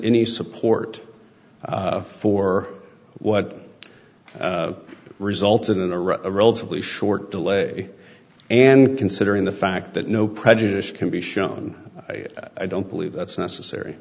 any support for what resulted in a relatively short delay and considering the fact that no prejudice can be shown i don't believe that's necessary